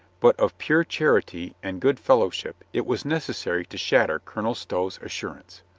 but of pure charity and good fellowship it was necessary to shatter colonel stow's assurance.